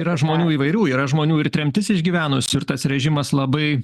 yra žmonių įvairių yra žmonių ir tremtis išgyvenusių ir tas režimas labai